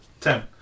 Ten